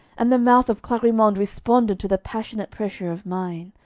and the mouth of clarimonde responded to the passionate pressure of mine.